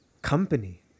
Company